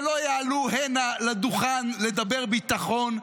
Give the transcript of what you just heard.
שלא יעלו הנה לדוכן לדבר ביטחון,